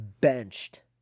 benched